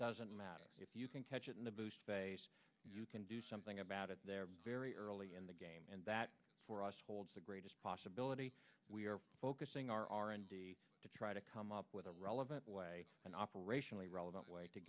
doesn't matter if you can catch it in the boost phase you can do something about it there very early in the game and that for us holds the greatest possibility we are focusing our r and d to try to come up with a relevant way and operationally relevant way to